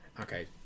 Okay